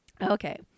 Okay